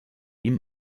ihm